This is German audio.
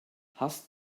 hast